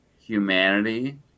humanity